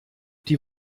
die